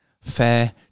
fair